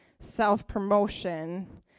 self-promotion